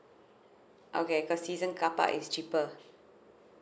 okay cause season carpark is cheaper